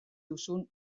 duzuen